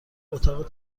اتاق